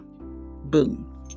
Boom